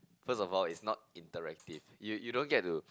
first of all is not interactive you you don't get to